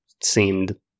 seemed